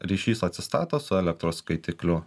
ryšys atsistato su elektros skaitikliu